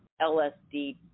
LSD-